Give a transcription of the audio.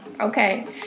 okay